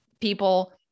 people